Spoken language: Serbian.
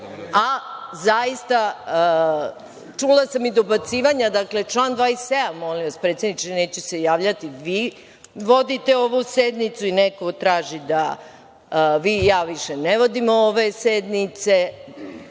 a zaista čula sam i dobacivanja, dakle član 27. predsedniče, neću se javljati. Vi vodite ovu sednicu i neko traži da vi i ja više ne vodimo ove sednice,